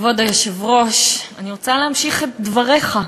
כבוד היושב-ראש, אני רוצה להמשיך את דבריך.